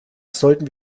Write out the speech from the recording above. sollten